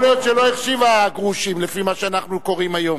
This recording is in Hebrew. להיות שלא החשיבה גרושים לפי מה שאנחנו קוראים היום.